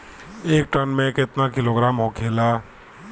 एक टन मे केतना किलोग्राम होखेला?